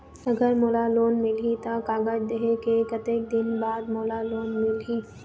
अगर मोला लोन मिलही त कागज देहे के कतेक दिन बाद मोला लोन मिलही?